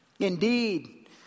Indeed